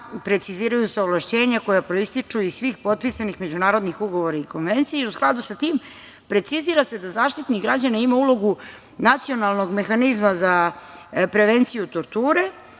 preciziraju se ovlašćenja koja proističu iz svih potpisanih međunarodnih ugovora i konvencija i u skladu sa tim precizira se da Zaštitnik građana ima ulogu nacionalnog mehanizma za prevenciju torture,